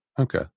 okay